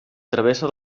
travessa